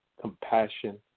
compassion